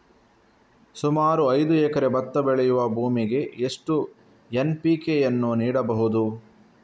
ಸುಮಾರು ಐದು ಎಕರೆ ಭತ್ತ ಬೆಳೆಯುವ ಭೂಮಿಗೆ ಎಷ್ಟು ಎನ್.ಪಿ.ಕೆ ಯನ್ನು ನೀಡಬಹುದು?